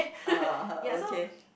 uh ha okay